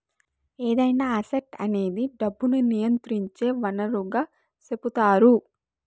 ఏదైనా అసెట్ అనేది డబ్బును నియంత్రించే వనరుగా సెపుతారు